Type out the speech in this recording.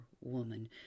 woman